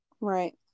Right